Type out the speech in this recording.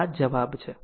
આ જવાબ છે